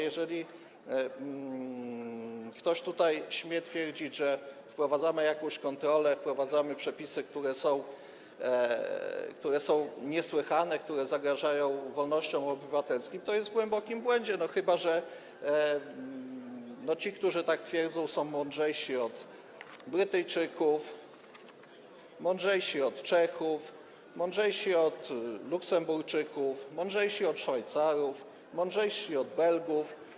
Jeżeli ktoś tutaj śmie twierdzić, że wprowadzamy jakąś kontrolę, wprowadzamy przepisy, które są niesłychane, które zagrażają wolnościom obywatelskim, to jest w głębokim błędzie, chyba że ci, którzy tak twierdzą, są mądrzejsi od Brytyjczyków, mądrzejsi od Czechów, mądrzejsi od Luksemburczyków, mądrzejsi od Szwajcarów, mądrzejsi od Belgów.